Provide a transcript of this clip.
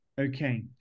okay